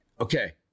okay